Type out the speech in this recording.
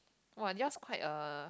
!woah! yours quite a